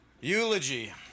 Eulogy